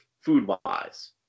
food-wise